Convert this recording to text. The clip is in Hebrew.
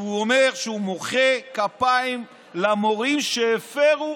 אומר שהוא מוחא כפיים למורים שהפרו